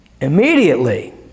Immediately